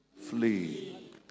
flee